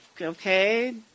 Okay